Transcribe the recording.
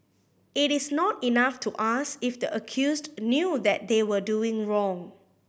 it is not enough to ask if the accused knew that they were doing wrong